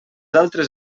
altres